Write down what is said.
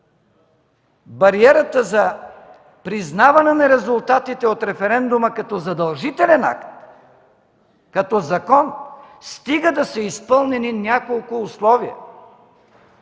бариерата за признаване на резултатите от референдума като задължителен акт, като закон, стига да са изпълнени няколко условия,